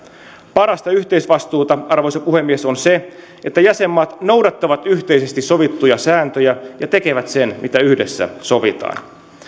parasta yhteisvastuuta arvoisa puhemies on se että jäsenmaat noudattavat yhteisesti sovittuja sääntöjä ja tekevät sen mitä yhdessä sovitaan